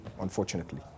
unfortunately